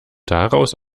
daraus